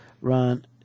Ron